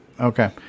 Okay